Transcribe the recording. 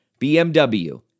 BMW